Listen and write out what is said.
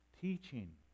teaching